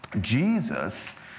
Jesus